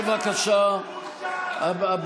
בבקשה,